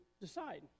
decide